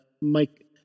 Mike